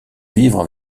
vivre